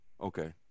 Okay